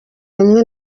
rimwe